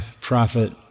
prophet